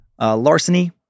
larceny